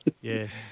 Yes